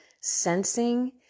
sensing